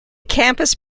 campus